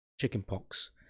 chickenpox